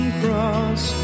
cross